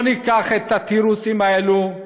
לא ניקח את התירוצים האלה.